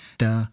da